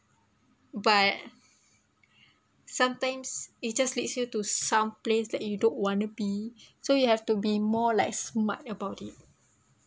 but sometimes it just leads you to some place that you don't want to be so you have to be more like smart about it